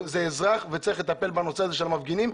זה אזרח וצריך לטפל בנושא הזה של המפגינים,